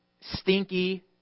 stinky